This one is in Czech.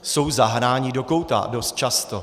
Jsou zahnáni do kouta dost často.